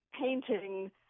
painting